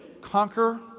conquer